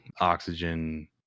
oxygen